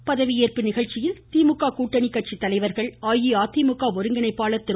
கட்சி பங்கேற்பு இந்நிகழ்ச்சியில் திமுக கூட்டணி கட்சி தலைவர்கள் அஇஅதிமுக ஒருங்கிணைப்பாளர் திரு